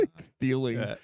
Stealing